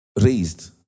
raised